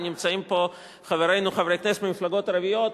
נמצאים פה חברינו חברי כנסת ממפלגות ערביות,